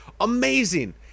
Amazing